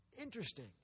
Interesting